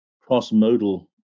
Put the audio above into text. cross-modal